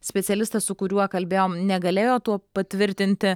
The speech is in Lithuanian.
specialistas su kuriuo kalbėjom negalėjo tuo patvirtinti